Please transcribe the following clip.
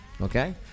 okay